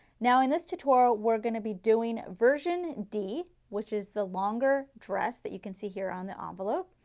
now in this tutorial we are going to be doing version d which is the longer dress that you can see hear on the um envelope.